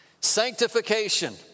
Sanctification